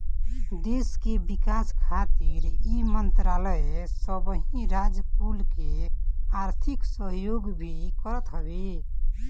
देस के विकास खातिर इ मंत्रालय सबही राज कुल के आर्थिक सहयोग भी करत हवे